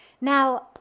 Now